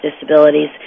disabilities